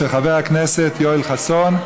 של חבר הכנסת יואל חסון.